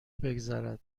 بگذرد